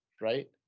Right